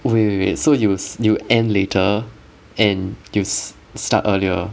wait wait wait so you end later and you start earlier